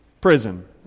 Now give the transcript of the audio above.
prison